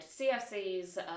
CFCs